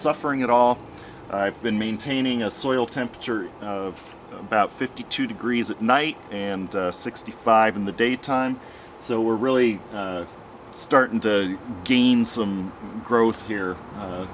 suffering at all i've been maintaining a soil temperature of about fifty two degrees at night and sixty five in the daytime so we're really starting to gain some growth here